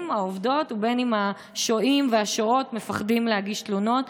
והעובדות או השוהים והשוהות מפחדים להגיש תלונות.